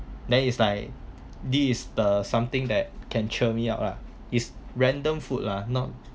then it's like this is the something that can cheer me up lah it's random food ah not